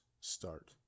start